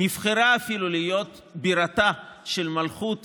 נבחרה אפילו להיות בירתה של מלכות